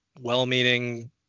well-meaning